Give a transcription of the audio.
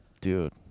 Dude